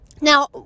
Now